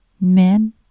men